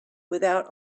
without